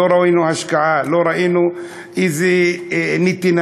לא ראינו השקעה, לא ראינו איזה נתינה.